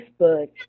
Facebook